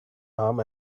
arm